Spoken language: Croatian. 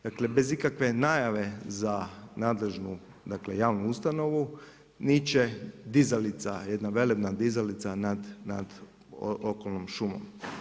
Dakle, bez ikakve najave za nadležnu, dakle javnu ustanovu niče dizalica, jedna velebna dizalica nad okolnom šumom.